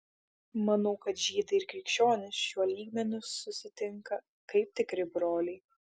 manau kad žydai ir krikščionys šiuo lygmeniu susitinka kaip tikri broliai